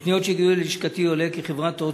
מפניות שהגיעו ללשכתי עולה כי חברת "הוט"